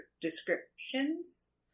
descriptions